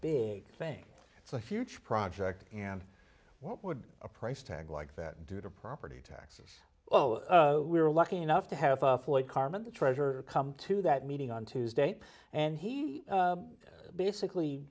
big thing for a huge project and what would a price tag like that do to property taxes we're lucky enough to have floyd carman the treasurer come to that meeting on tuesday and he basically